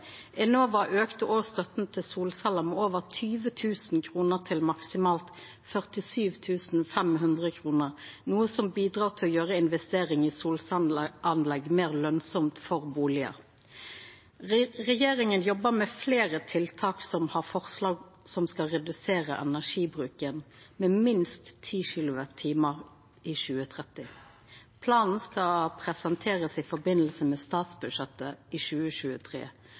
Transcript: Enova auka òg støtta til solceller med over 20 000 kr til maksimalt 47 500 kr, noko som bidreg til å gjera investering i solcelleanlegg meir lønsamt for bustader. Regjeringa jobbar med fleire tiltak som har forslag som skal redusera energibruken med minst 10 kWh i 2030. Planen skal presenterast i samband med statsbudsjettet for 2023.